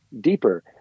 deeper